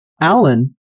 Alan